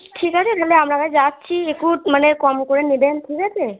ঠিক আছে তাহলে আপনার কাছে যাচ্ছি একটু মানে কম করে নেবেন ঠিক আছে